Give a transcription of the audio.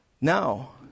Now